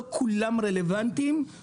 לא כולם רלוונטיים.